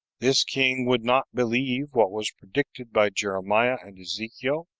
this king would not believe what was predicted by jeremiah and ezekiel